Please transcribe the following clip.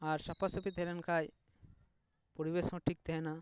ᱟᱨ ᱥᱟᱯᱷᱟ ᱥᱟᱹᱯᱷᱤ ᱛᱟᱦᱮᱸ ᱞᱮᱱ ᱠᱷᱟᱱ ᱯᱚᱨᱤ ᱵᱮᱥ ᱦᱚᱸ ᱴᱷᱤᱠ ᱛᱟᱦᱮᱱᱟ